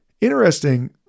Interesting